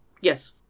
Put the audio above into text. yes